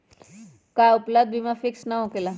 का उपलब्ध बीमा फिक्स न होकेला?